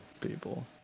people